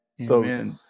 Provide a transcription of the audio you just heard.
Amen